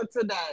today